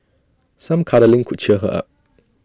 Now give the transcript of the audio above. some cuddling could cheer her up